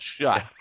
shut